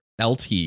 LT